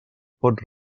pot